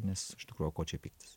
nes iš tikrųjųo ko čia pyktis